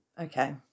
Okay